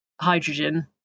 hydrogen